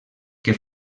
que